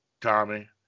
Tommy